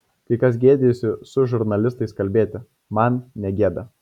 kai kas gėdijasi su žurnalistais kalbėti man negėda